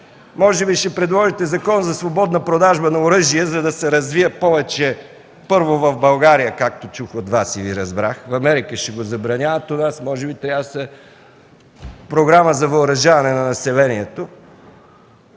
може би ще предложите закон за свободна продажба на оръжие, за да се развие повече, първо в България. Както чух от Вас и Ви разбрах – в Америка ще го забраняват, у нас маже би трябва да се създаде програма за въоръжаване на населението.